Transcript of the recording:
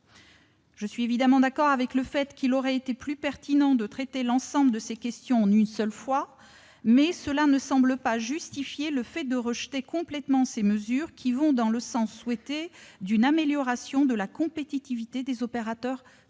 Je suis d'accord, il aurait été plus pertinent de traiter l'ensemble de ces questions en une seule fois, mais cela ne me semble pas justifier le rejet complet de ces mesures, qui vont dans le sens souhaité d'une amélioration de la compétitivité des opérateurs ferroviaires